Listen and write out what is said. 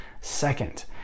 Second